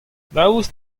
daoust